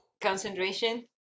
concentration